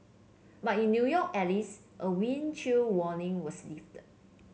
but in New York at least a wind chill warning was lifted